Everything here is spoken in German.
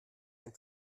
ein